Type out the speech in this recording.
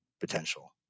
potential